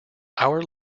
our